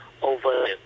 Over